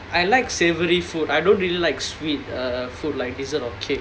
I like savoury food I don't really like sweet uh food like dessert or cake